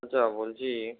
আচ্ছা বলছি